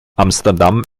amsterdam